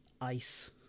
ice